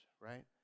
right